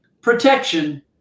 protection